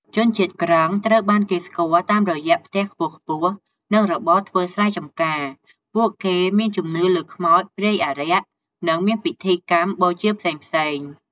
ជនជាតិគ្រឹង ត្រូវបានគេស្គាល់តាមរយៈផ្ទះខ្ពស់ៗ និងរបរធ្វើស្រែចម្ការ ពួកគេមានជំនឿលើខ្មោចព្រាយអារក្ស និងមានពិធីកម្មបូជាផ្សេងៗ។